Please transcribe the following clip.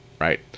right